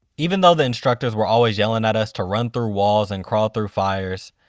even though the instructors were always yelling at us to run through walls and crawl through fires,